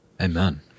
Amen